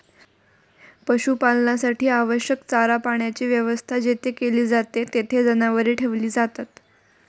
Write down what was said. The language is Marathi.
पशुपालनासाठी आवश्यक चारा पाण्याची व्यवस्था जेथे केली जाते, तेथे जनावरे ठेवली जातात